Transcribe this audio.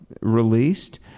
released